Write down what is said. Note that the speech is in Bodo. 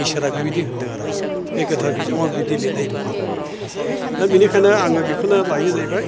इसोरा बेबायदि होनदों आरो बे गोथार बिजामाव बिदि लिरनाय दं आरखि आं बिनिखायनो आं बेखौनो लायो जाहैबाय